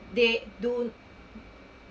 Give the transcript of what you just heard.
they do